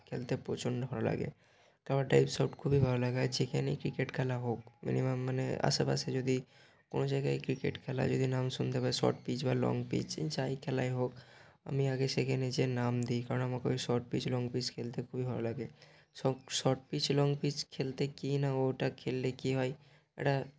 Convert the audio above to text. খেলতে প্রচণ্ড ভালো লাগে কাভার ড্রাইভ শট খুবই ভালো লাগায় যেখানেই ক্রিকেট খেলা হোক মিনিমাম মানে আশেপাশে যদি কোনো জায়গায় ক্রিকেট খেলা যদি নাম শুনতে পাই শর্ট পিচ বা লং পিচ যাই খেলাই হোক আমি আগে সেখানে গিয়ে নাম দিই কারণ আমাকে ওই শর্ট পিচ লং পিচ খেলতে খুবই ভালো লাগে শক শর্ট পিচ লং পিচ খেলতে কি না ওটা খেললে কী হয় একটা